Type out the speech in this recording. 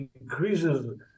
increases